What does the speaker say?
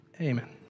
Amen